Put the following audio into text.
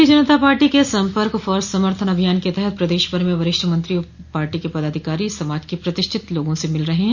भारतीय जनता पार्टी के सम्पर्क फॉर समर्थन अभियान के तहत प्रदेश भर में वरिष्ठ मंत्री और पार्टी के पदाधिकारी समाज के प्रतिष्ठित लोगों से मिल रहे हैं